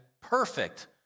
perfect